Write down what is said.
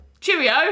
cheerio